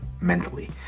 mentally